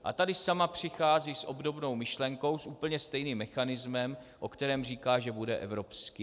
A tady sama přichází s obdobnou myšlenkou, s úplně stejným mechanismem, o kterém říká, že bude evropský.